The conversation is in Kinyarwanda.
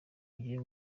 ngiye